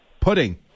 pudding